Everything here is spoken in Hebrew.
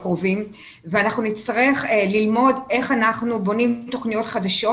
הקרובים ונצטרך ללמוד איך אנחנו בונים תוכניות חדשות